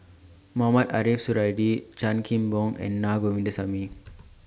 Mohamed Ariff Suradi Chan Kim Boon and Naa Govindasamy